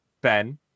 Ben